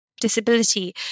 disability